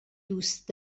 دوست